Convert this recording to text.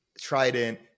trident